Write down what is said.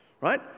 right